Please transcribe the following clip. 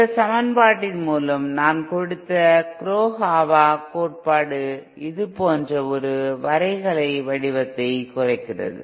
இந்த சமன்பாட்டின் மூலம் நான் கொடுத்த குரோகாவா கோட்பாடு இது போன்ற ஒரு வரைகலை வடிவத்தை குறைக்கிறது